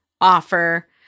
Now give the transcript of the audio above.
offer